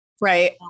Right